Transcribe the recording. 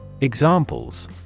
Examples